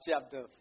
chapter